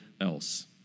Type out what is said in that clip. else